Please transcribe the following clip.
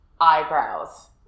eyebrows